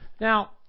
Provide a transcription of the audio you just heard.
Now